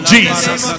Jesus